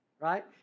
right